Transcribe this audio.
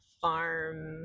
farm